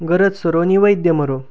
गरज सरो नि वैद्य मरो